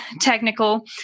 technical